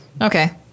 okay